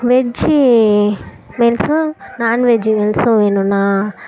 veg மீல்சும் non veg மீல்சும் வேணுண்ணா